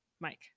Mike